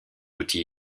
outil